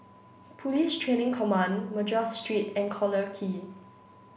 Police Training Command Madras Street and Collyer Quay